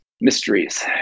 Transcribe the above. mysteries